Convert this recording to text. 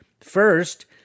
First